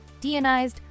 deionized